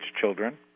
children